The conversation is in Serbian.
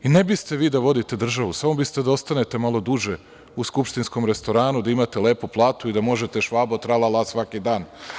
Ne biste vi da vodite državu, samo biste da ostanete malo duže u skupštinskom restoranu, da imate lepu platu i da možete „Švabo tra-la-la“ svaki dan.